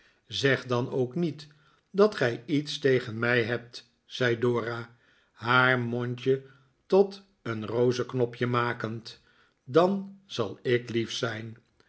zeg dan ook niet dat gij iets tegen mij hebt zei dora haar mondje tot een rozeknopje makend dan zal ik lief zijn